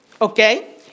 Okay